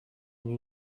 une